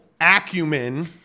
acumen